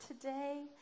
today